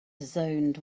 zoned